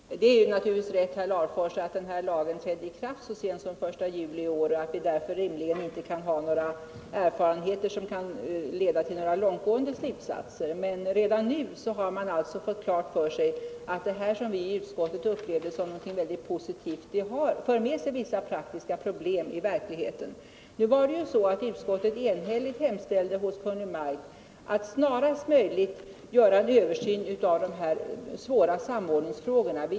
Herr talman! Det är naturligtvis rätt, herr Larfors, att lagen trädde i kraft så sent som den 1 juli i år och att vi därför rimligen inte kan ha erfarenheter som leder till några långtgående slutsatser. Men redan nu har man alltså fått klart för sig att det som vi upplevde som något positivt för med sig vissa praktiska problem. Vi insåg själva att det skulle bli problem, och utskottet hemställde enhälligt att riksdagen skulle hos Kungl. Maj:t begära en översyn av de svåra samordningsfrågorna.